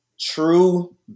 true